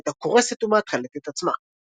התוכנה הייתה "קורסת" ומאתחלת את עצמה.